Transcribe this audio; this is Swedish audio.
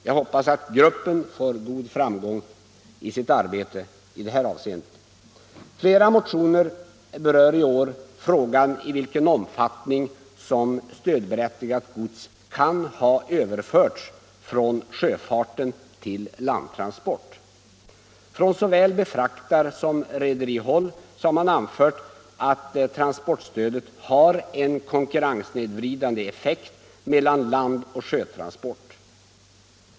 Jag hoppas gruppen får framgång i sitt arbete i detta avseende. Flera motioner berör i år frågan, i vilken omfattning som stödberättigat gods kan ha överförts från sjöfarten till landtransport. Från såväl befraktarsom rederihåll har anförts att transportstödet snedvrider konkurrensen mellan landoch sjötransport.